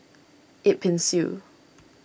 Yip Pin Xiu